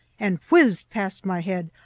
and whizzed past my head,